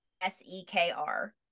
S-E-K-R